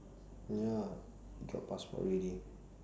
ya you got passport already